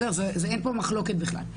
אין פה מחלוקת בכלל.